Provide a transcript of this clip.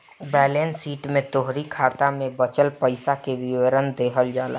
balance sheet में तोहरी खाता में बचल पईसा कअ विवरण देहल जाला